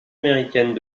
américaine